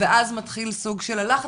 ואז מתחיל סוג של לחץ.